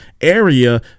area